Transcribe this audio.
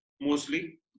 mostly